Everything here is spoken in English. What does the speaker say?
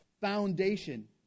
foundation